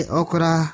okra